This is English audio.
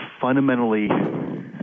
fundamentally